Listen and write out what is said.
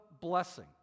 blessing